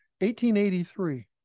1883